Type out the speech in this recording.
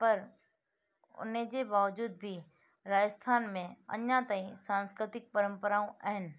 पर उन जे बावजूदि बि राजस्थान में अञा ताईं सांस्कृतिक परंपराऊं आहिनि